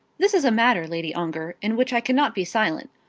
this is a matter, lady ongar, in which i cannot be silent.